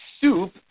soup